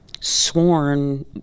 sworn